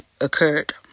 occurred